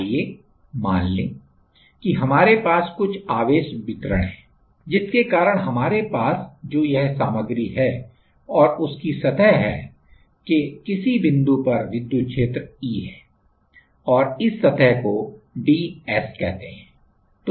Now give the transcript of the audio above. आइए मान लें कि हमारे पास कुछआवेश वितरण है जिसके कारण हमारे पास जो यह सामग्री है और उसकी सतह है के किसी बिंदु पर विद्युत क्षेत्र E हैं और इस सतह को डीएस कहते हैं